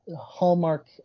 Hallmark